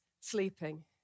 sleeping